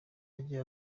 yagiye